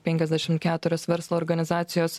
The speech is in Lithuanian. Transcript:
penkiasdešimt keturios verslo organizacijos